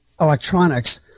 electronics